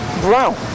brown